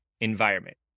environment